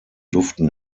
duften